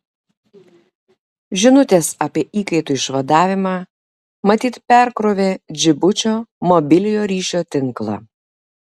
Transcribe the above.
žinutės apie įkaitų išvadavimą matyt perkrovė džibučio mobiliojo ryšio tinklą